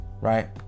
Right